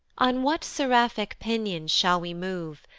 on what seraphic pinions shall we move,